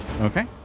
Okay